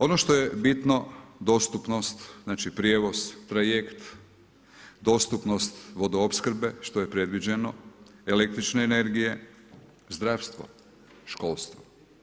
Ono što je bitno dostupnost, znači prijevoz, trajekt, dostupnost vodoopskrbe što je predviđeno, električne energije, zdravstvo, školstvo.